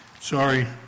Sorry